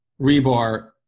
rebar